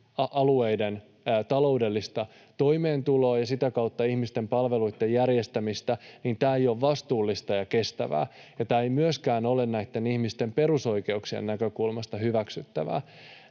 alueiden taloudellista toimeentuloa ja sitä kautta ihmisten palveluitten järjestämistä, niin tämä ei ole vastuullista eikä kestävää, ja tämä ei myöskään ole näitten ihmisten perusoikeuksien näkökulmasta hyväksyttävää.